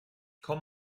komm